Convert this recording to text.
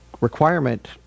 requirement